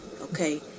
Okay